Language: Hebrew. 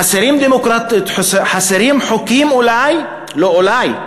חסרים חוקים, אולי,